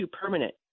permanent